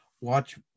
watch